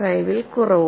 5 ൽ കുറവും